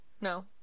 No